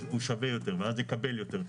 אז הוא שווה יותר ואז יקבל יותר.